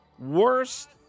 worst